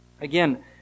Again